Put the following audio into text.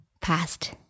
past